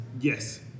Yes